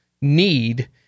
need